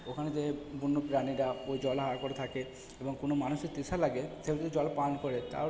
ওখানে যে বন্যপ্রাণীরা ওই জল আহার করে থাকে এবং কোনো মানুষের তৃষা লাগে সেও যদি জল পান করে তাও